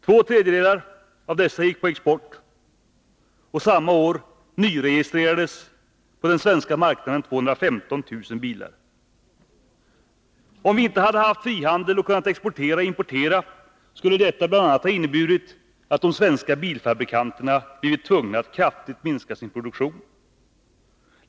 Två tredjedelar av dessa gick på export, och samma år nyregistrerades på den svenska marknaden 215 000 bilar. Om vi inte hade haft frihandel och kunnat exportera och importera, skulle detta bl.a. ha inneburit att de svenska bilfabrikanterna blivit tvungna att kraftigt minska sin produktion.